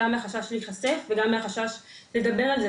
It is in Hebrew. גם מהחשש להיחשף וגם מהחשש לדבר על זה.